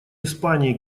испании